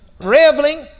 reveling